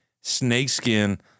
snakeskin